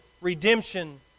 redemption